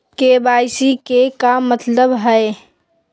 KYC के का मतलब हई?